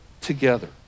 together